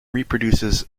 reproduces